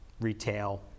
retail